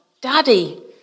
Daddy